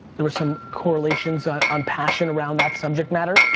there was some correlations on passion around that subject matter.